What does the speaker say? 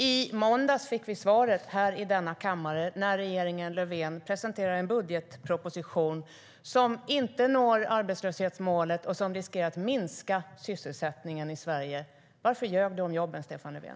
I måndags fick vi svaret här i denna kammare när regeringen Löfven presenterade en budgetproposition som inte når arbetslöshetsmålet och som riskerar att minska sysselsättningen i Sverige. Varför ljög du om jobben, Stefan Löfven?